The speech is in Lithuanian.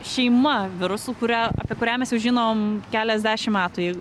šeima virusų kurią apie kurią mes jau žinom keliasdešimt metų jeigu